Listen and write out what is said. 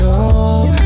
up